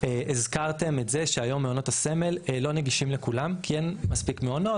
הזכרתם את זה שהיום מעונות הסמל לא נגישים לכולם כי אין מספיק מעונות,